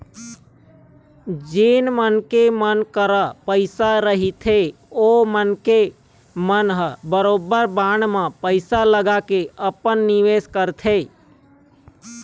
जेन मनखे मन करा पइसा रहिथे ओ मनखे मन ह बरोबर बांड म पइसा लगाके अपन निवेस करथे